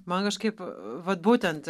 man kažkaip vat būtent